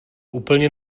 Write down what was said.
úplně